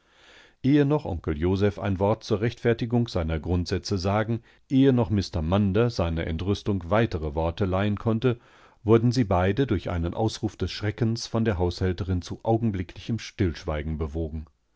ehe noch onkel joseph ein wort zur rechtfertigung seiner grundsätze sagen ehe noch mr munder seiner entrüstung weitere worte leihen konnte wurden sie beide durch einen ausruf des schreckens von der haushälterin zu augenblicklichem stillschweigenbewogen